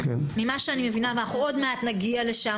ממה שאני מבינה ועוד מעט נגיע לשם